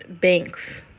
banks